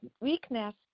weakness